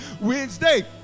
Wednesday